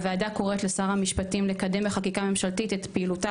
הוועדה קוראת לשר המשפטים לקדם לחקיקה ממשלתית את פעילותה